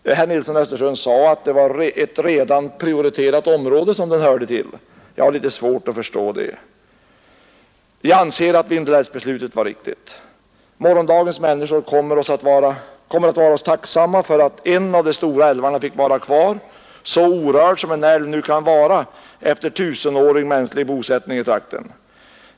Herr Nilsson i Östersund sade att Vindelådalen hörde till ett redan prioriterat område. Jag har litet svårt att förstå det. Vi anser att Vindelälvsbeslutet var riktigt. Morgondagens människor kommer att vara oss tacksamma för att en av de stora älvarna fick vara kvar så orörd som en älv kan vara efter tusenårig mänsklig bosättning i trakten.